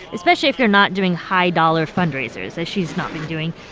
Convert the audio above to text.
especially if you're not doing high-dollar fundraisers, as she's not been doing.